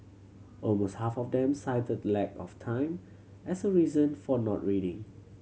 almost half of them cited lack of time as a reason for not reading